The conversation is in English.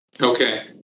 okay